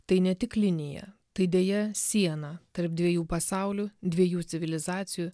tai ne tik linija tai deja siena tarp dviejų pasaulių dviejų civilizacijų